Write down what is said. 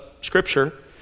Scripture